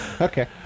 Okay